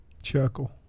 chuckle